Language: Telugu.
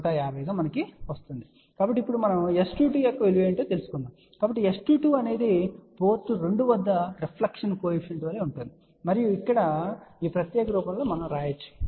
కాబట్టి ఇప్పుడు మనం S22 యొక్క విలువ ఏమిటో తెలుసుకోవచ్చు కాబట్టి S22 అనేది పోర్ట్ 2 వద్ద రిఫ్లెక్షన్ కోఎఫిషియంట్ వలె ఉంటుంది మరియు ఇక్కడ ఈ ప్రత్యేక రూపంలో వ్రాయవచ్చు